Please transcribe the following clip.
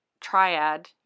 triad